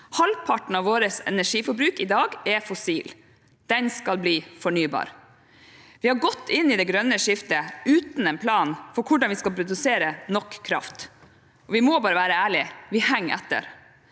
Halvparten av vårt energiforbruk i dag er fossilt. Det skal bli fornybart. Vi har gått inn i det grønne skiftet uten en plan for hvordan vi skal produsere nok kraft. Vi må bare være ærlige: Vi henger etter.